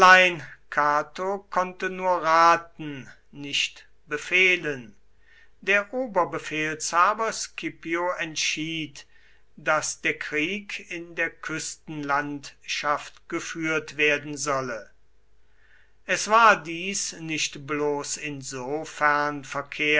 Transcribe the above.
konnte nur raten nicht befehlen der oberbefehlshaber scipio entschied daß der krieg in der küstenlandschaft geführt werden solle es war dies nicht bloß insofern